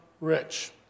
rich